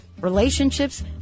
relationships